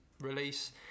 release